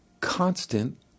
constant